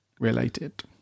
related